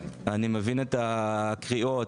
אני מבין את הקריאות